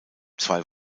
zwei